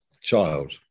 child